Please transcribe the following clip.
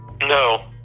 No